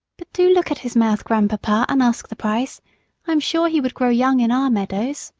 but do look at his mouth, grandpapa, and ask the price i am sure he would grow young in our meadows.